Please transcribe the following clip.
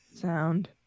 sound